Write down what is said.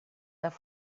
their